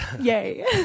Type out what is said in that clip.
Yay